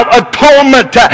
atonement